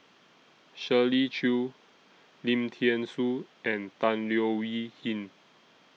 Shirley Chew Lim Thean Soo and Tan Leo Wee Hin